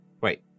Wait